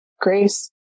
grace